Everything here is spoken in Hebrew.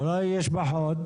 אולי יש פחות?